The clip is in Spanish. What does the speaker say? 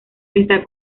está